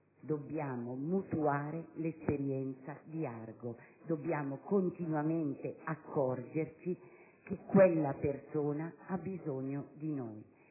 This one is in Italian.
dobbiamo mutuare l'esperienza di Argo, dobbiamo continuamente accorgerci che quella persona ha bisogno di noi.